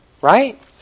Right